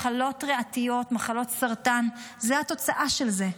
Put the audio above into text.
מחלות ריאתיות, מחלות סרטן, הן התוצאה של זה.